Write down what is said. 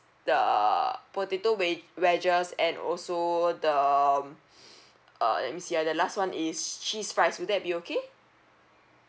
the potato wed~ wedges and also the uh let me see ah the last one is cheese fries would that be okay